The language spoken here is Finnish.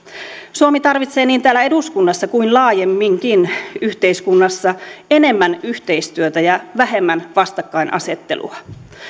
suomi tarvitsee niin täällä eduskunnassa kuin laajemminkin yhteiskunnassa enemmän yhteistyötä ja vähemmän vastakkainasettelua